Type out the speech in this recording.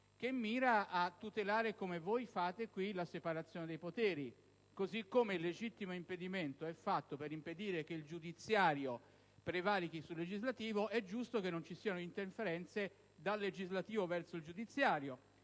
mira a tutelare - come voi fate qui - la separazione dei poteri. Così come il legittimo impedimento è fatto per impedire che il potere giudiziario prevarichi su quello legislativo, è giusto che non ci siano interferenze dal potere legislativo verso quello giudiziario.